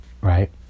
right